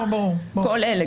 כל אלה.